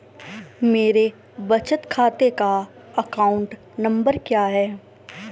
मेरे बचत खाते का अकाउंट नंबर क्या है?